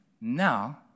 Now